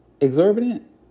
Exorbitant